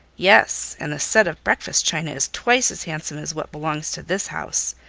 yes and the set of breakfast china is twice as handsome as what belongs to this house.